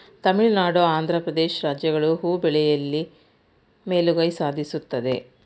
ತಮಿಳುನಾಡು, ಆಂಧ್ರ ಪ್ರದೇಶ್ ರಾಜ್ಯಗಳು ಹೂ ಬೆಳೆಯಲಿ ಮೇಲುಗೈ ಸಾಧಿಸುತ್ತದೆ